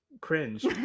cringe